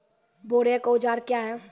बोरेक औजार क्या हैं?